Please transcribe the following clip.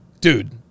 Dude